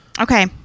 Okay